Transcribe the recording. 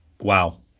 Wow